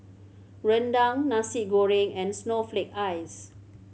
rendang Nasi Goreng and snowflake ice